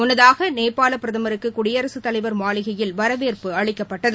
முன்னதாக நேபாள பிரதமருக்கு குடியரசுத்தலைவா் மாளிகையில் வரவேற்பு அளிக்கப்பட்டது